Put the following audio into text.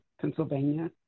Pennsylvania